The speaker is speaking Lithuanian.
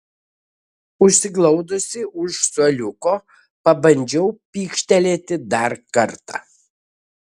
užsiglaudusi už suoliuko pabandžiau pykštelėti dar kartą